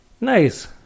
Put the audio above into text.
Nice